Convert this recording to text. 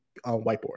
whiteboard